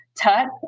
touch